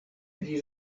pri